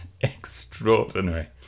extraordinary